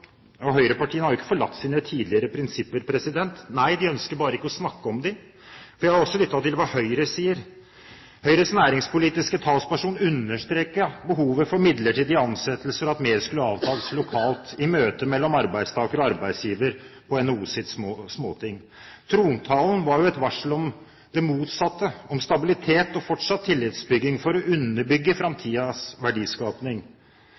Og høyrepartiene har jo ikke forlatt sine tidligere prinsipper. Nei, de ønsker bare ikke å snakke om dem. For jeg har også lyttet til hva Høyre sier. Høyres næringspolitiske talsperson understreket behovet for midlertidige ansettelser og at mer skulle avtales lokalt i møtet mellom arbeidstaker og arbeidsgiver på NHOs småting. Trontalen var et varsel om det motsatte, om stabilitet og fortsatt tillitsbygging for å underbygge